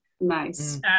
Nice